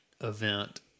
event